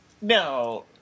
No